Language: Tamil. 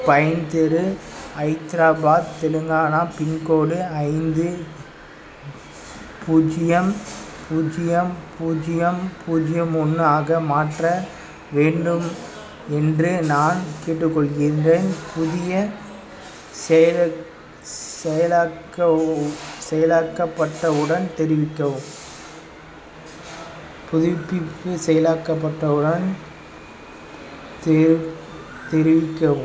பைன் தெரு ஹைத்ராபாத் தெலுங்கானா பின்கோடு ஐந்து பூஜ்ஜியம் பூஜ்ஜியம் பூஜ்ஜியம் பூஜ்ஜியம் ஒன்று ஆக மாற்ற வேண்டும் என்று நான் கேட்டுக்கொள்கின்றேன் புதிய செயல் செயலாக்க செயலாக்கப்பட்டவுடன் தெரிவிக்கவும் புதுப்பிப்பு செயலாக்கப்பட்டவுடன் தெரி தெரிவிக்கவும்